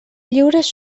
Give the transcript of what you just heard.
lliures